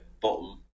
bottom